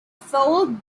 fold